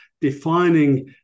defining